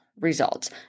results